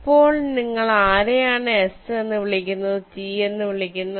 ഇപ്പോൾ നിങ്ങൾ ആരെയാണ് എസ് എന്ന് വിളിക്കുന്നത് ടി എന്ന് വിളിക്കുന്നത്